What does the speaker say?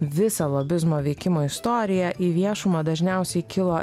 visą lobizmo veikimo istoriją į viešumą dažniausiai kilo